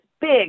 big